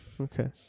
Okay